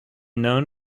known